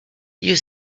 you